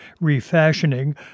refashioning